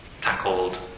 tackled